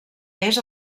més